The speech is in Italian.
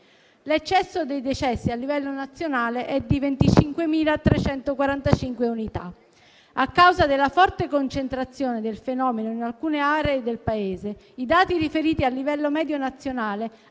L'eccesso dei decessi a livello nazionale è di 25.354 unità. A causa della forte concentrazione del fenomeno in alcune aree del Paese, i dati riferiti al livello medio nazionale